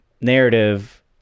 narrative